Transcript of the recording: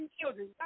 children